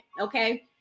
okay